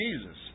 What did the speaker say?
Jesus